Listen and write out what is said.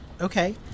Okay